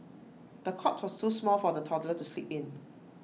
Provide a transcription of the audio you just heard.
the cot was too small for the toddler to sleep in